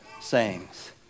sayings